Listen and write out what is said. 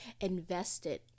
invested